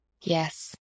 yes